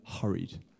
hurried